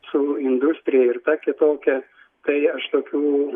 su industrija ir ta kitokia tai aš tokių